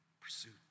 pursuit